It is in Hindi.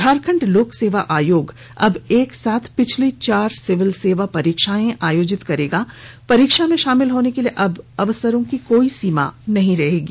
झारखंड लोक सेवा आयोग अब एक साथ पिछली चार सिविल सेवा परीक्षा आयोजित करेगा परीक्षा में शामिल होने के लिए अब अवसरों की कोई सीमा नहीं होगी